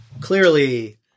clearly